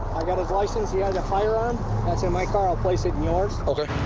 i got his license. he had a firearm. that's in my car. i'll place it in yours.